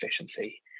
efficiency